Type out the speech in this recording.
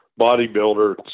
bodybuilder